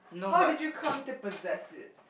how do you come to possess it